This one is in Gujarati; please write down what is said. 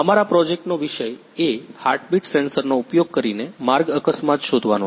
અમારા પ્રોજેક્ટનો વિષય એ હાર્ટબીટ સેન્સરનો ઉપયોગ કરીને માર્ગ અકસ્માત શોધવાનો છે